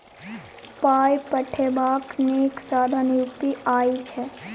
पाय पठेबाक नीक साधन यू.पी.आई छै